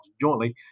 jointly